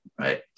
right